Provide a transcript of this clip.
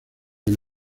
del